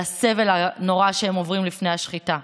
על הסבל הנורא שהם עוברים לפני השחיטה.